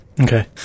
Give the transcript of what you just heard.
Okay